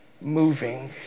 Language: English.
moving